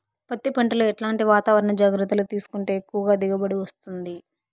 పత్తి పంట లో ఎట్లాంటి వాతావరణ జాగ్రత్తలు తీసుకుంటే ఎక్కువగా దిగుబడి వస్తుంది?